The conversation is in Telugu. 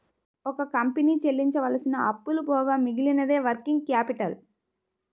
ఒక కంపెనీ చెల్లించవలసిన అప్పులు పోగా మిగిలినదే వర్కింగ్ క్యాపిటల్